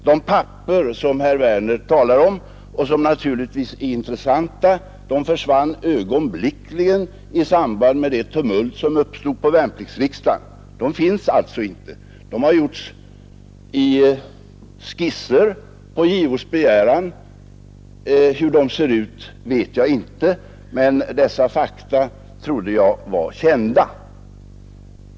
De papper som herr Werner talar om och som naturligtvis är intressanta försvann i samband med det tumult som uppstod på värnpliktsriksdagen. De finns alltså inte. Man har gjort nya skisser, men hur de ser ut vet jag inte. Dessa fakta trodde jag var kända.